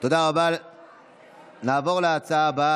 פרקש הכהן,